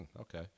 okay